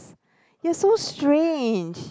you're so strange